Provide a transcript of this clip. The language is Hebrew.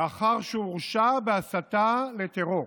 לאחר שהורשע בהסתה לטרור.